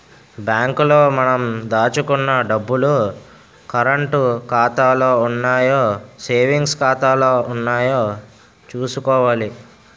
bank లో మనం దాచుకున్న డబ్బులు కరంటు ఖాతాలో ఉన్నాయో సేవింగ్స్ ఖాతాలో ఉన్నాయో చూసుకోవాలి